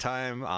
Time